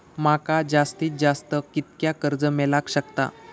माका जास्तीत जास्त कितक्या कर्ज मेलाक शकता?